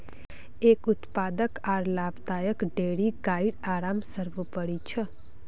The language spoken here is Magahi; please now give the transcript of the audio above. एक उत्पादक आर लाभदायक डेयरीत गाइर आराम सर्वोपरि छ